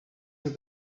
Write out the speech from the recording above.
into